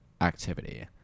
activity